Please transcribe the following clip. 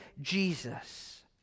Jesus